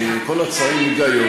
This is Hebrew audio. כל הצעה עם היגיון,